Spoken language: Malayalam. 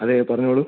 അതെ പറഞ്ഞോളൂ